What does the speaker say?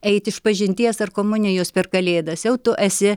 eit išpažinties ar komunijos per kalėdas jau tu esi